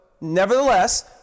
nevertheless